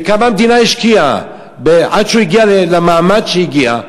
וכמה המדינה השקיעה עד שהוא הגיע למעמד שהוא הגיע,